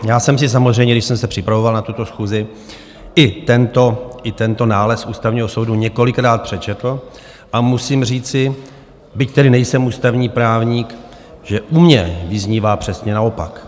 Já jsem si samozřejmě, když jsem se připravoval na tuto schůzi, i tento nález Ústavního soudu několikrát přečetl a musím říci, byť tedy nejsem ústavní právník, že u mě vyznívá přesně naopak.